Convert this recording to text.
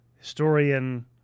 historian